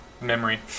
memory